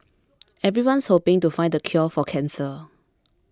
everyone's hoping to find the cure for cancer